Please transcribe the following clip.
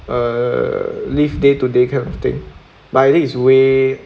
uh live day to day kind of thing by this way